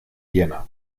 jena